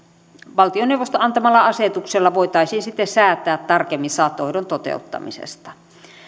valtioneuvoston antamalla asetuksella voitaisiin sitten säätää tarkemmin saattohoidon toteuttamisesta